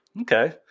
okay